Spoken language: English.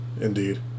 Indeed